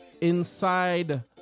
inside